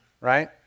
right